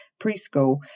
preschool